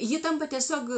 ji tampa tiesiog